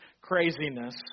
craziness